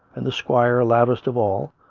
and the squire loudest of all,